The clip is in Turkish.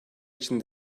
için